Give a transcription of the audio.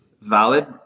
valid